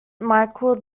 michael